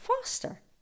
faster